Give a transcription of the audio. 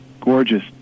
gorgeous